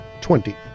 Twenty